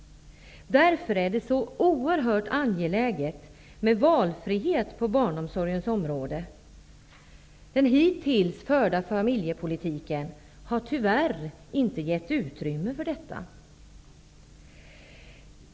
Därför är det så oerhört angeläget med valfrihet på barnomsorgens område. Den hittills förda familjepolitiken har tyvärr inte gett utrymme för detta.